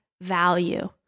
value